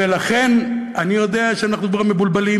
ולכן אני יודע שאנחנו כבר מבולבלים,